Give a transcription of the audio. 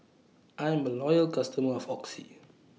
I'm A Loyal customer of Oxy